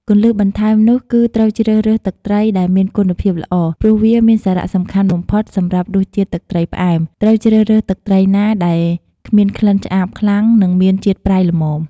គន្លឹះបន្ថែមនោះគឺត្រូវជ្រើសរើស ទឹកត្រីដែលមានគុណភាពល្អ ព្រោះវាមានសារៈសំខាន់បំផុតសម្រាប់រសជាតិទឹកត្រីផ្អែម ត្រូវជ្រើសរើសទឹកត្រីណាដែលគ្មានក្លិនឆ្អាបខ្លាំង និងមានជាតិប្រៃល្មម។